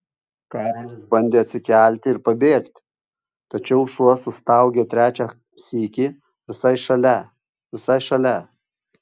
karolis bandė atsikelti ir pabėgti tačiau šuo sustaugė trečią sykį visai šalia visai šalia